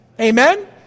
Amen